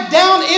down